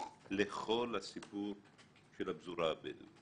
לכל הסיפור של הפזורה הבדואית